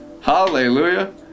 Hallelujah